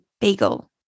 bagel